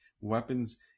Weapons